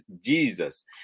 Jesus